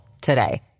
today